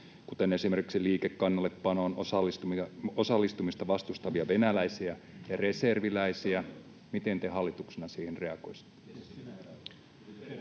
kuten esimerkiksi liikekannallepanoon osallistumista vastustavia venäläisiä ja reserviläisiä, miten te hallituksena siihen reagoisitte?